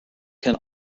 can